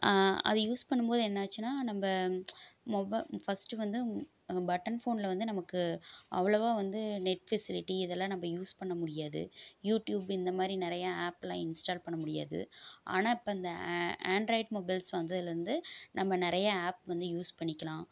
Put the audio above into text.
அதை யூஸ் பண்ணும்போது என்னாச்சுன்னால் நம்ப மொப ஃபஸ்ட்டு வந்து பட்டன் ஃபோனில் வந்து நமக்கு அவ்வளோவா வந்து நெட் ஃபெசிலிட்டி இதெல்லாம் நம்ப யூஸ் பண்ண முடியாது யூடியூப் இந்த மாதிரி நிறையா ஆப்லாம் இன்ஸ்டால் பண்ண முடியாது ஆனால் இப்போ இந்த ஆ ஆண்ட்ராய்டு மொபைல்ஸ் வந்ததுலேருந்து நம்ப நிறையா ஆப் வந்து யூஸ் பண்ணிக்கலாம்